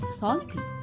salty